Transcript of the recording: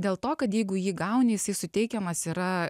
dėl to kad jeigu jį gauni jisai suteikiamas yra